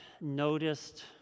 noticed